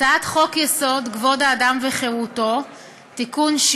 הצעת חוק-יסוד: כבוד האדם וחירותו (תיקון,